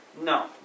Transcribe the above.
No